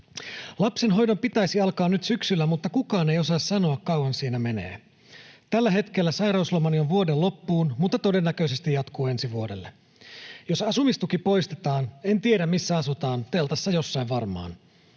Lapsen hoidon pitäisi alkaa nyt syksyllä, mutta kukaan ei osaa sanoa, kauanko siinä menee. Tällä hetkellä sairauslomani on vuoden loppuun, mutta todennäköisesti jatkuu ensi vuodelle. Jos asumistuki poistetaan, en tiedä, missä asutaan, teltassa jossain varmaan.